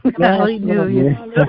Hallelujah